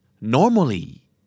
Normally